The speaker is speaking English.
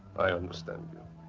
i understand you.